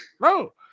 No